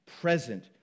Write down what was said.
present